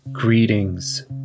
Greetings